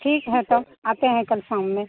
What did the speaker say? ठीक है तब आते हैं कल शाम में